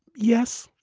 yes.